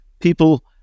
people